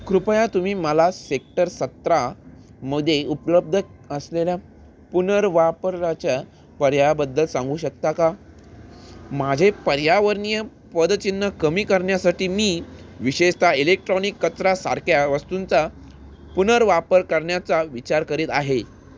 कृपया तुम्ही मला सेक्टर सतरामध्ये उपलब्ध असलेल्या पुनर्वापराच्या पर्यायाबद्दल सांगू शकता का माझे पर्यावरणीय पदचिन्ह कमी करण्यासाठी मी विशेषतः इलेक्ट्रॉनिक कचरासारख्या वस्तूंचा पुनर्वापर करण्याचा विचार करीत आहे